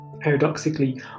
Paradoxically